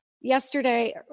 yesterday